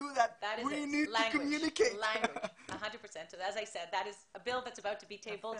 אני מקווה שנדבר על IHRA. אני מקווה שארסן ידבר על IHRA,